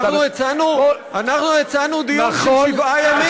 אנחנו הצענו דיון של שבעה ימים,